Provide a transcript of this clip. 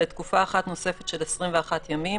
לתקופה אחת נוספת של 21 ימים,